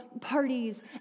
parties